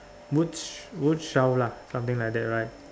wood she wood shelf lah something like that right